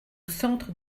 centre